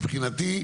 מבחינתי,